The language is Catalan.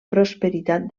prosperitat